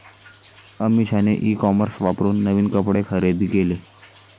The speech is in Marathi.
अमिषाने ई कॉमर्स वापरून नवीन कपडे खरेदी केले